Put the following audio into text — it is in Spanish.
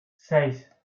seis